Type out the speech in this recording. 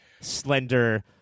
slender